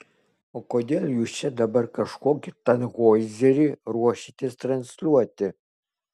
o kodėl jūs čia dabar kažkokį tanhoizerį ruošiatės transliuoti